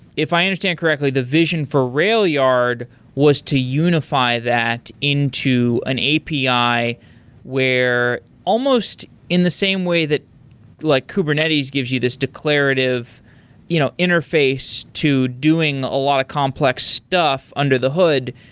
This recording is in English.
if i understand correctly, the vision for railyard was to unify that into an api where almost in the same way that like kubernetes gives you this declarative you know interface to doing a lot of complex stuff under the hood.